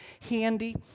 handy